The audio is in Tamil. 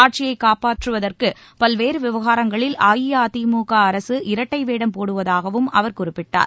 ஆட்சியை காப்பாற்றுவதற்கு பல்வேறு விவகாரங்களில் அஇஅதிமுக அரசு இரட்டை வேடம் போடுவதாகவும் அவர் குறிப்பிட்டார்